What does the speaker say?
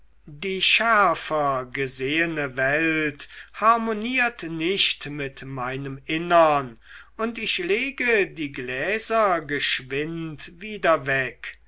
die schärfer gesehene welt harmoniert nicht mit meinem innern und ich lege die gläser geschwind wieder weg